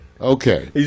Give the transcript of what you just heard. Okay